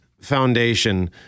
foundation